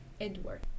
Edward